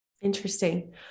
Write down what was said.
Interesting